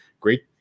great